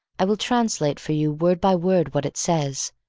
i will translate for you word by word what it says,